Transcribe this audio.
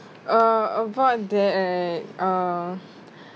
uh about that right uh